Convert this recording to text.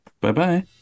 Bye-bye